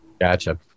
gotcha